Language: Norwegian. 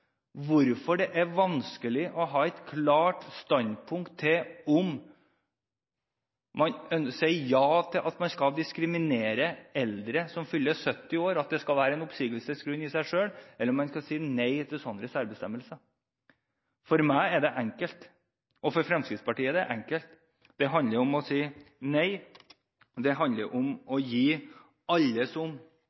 hvorfor det er vanskelig å ta et klart standpunkt – sier man ja til at man skal diskriminere eldre som fyller 70 år, og at det skal være en oppsigelsesgrunn i seg selv, eller sier man nei til sånne særbestemmelser? For meg og for Fremskrittspartiet er det enkelt: Det handler om å si nei, det handler om å gi alle som